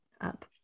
up